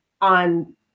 on